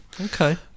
Okay